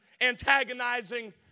antagonizing